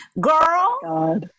girl